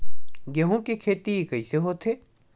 गेहूं के खेती कइसे होथे?